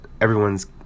everyone's